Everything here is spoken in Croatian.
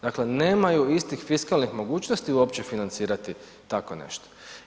Dakle nemaju istih fiskalnih mogućnosti uopće financirati tako nešto.